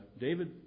David